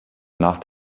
nach